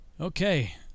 okay